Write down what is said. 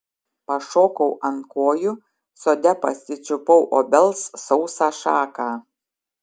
pašokau ant kojų sode pasičiupau obels sausą šaką